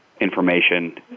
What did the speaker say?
information